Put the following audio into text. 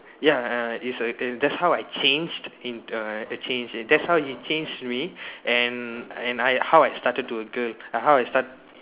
ya uh is uh that's how I changed in uh changed that's how he changed me and and how I started to a girl uh how I start